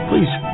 Please